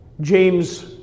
James